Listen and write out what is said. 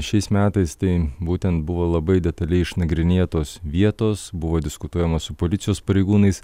šiais metais tai būtent buvo labai detaliai išnagrinėtos vietos buvo diskutuojama su policijos pareigūnais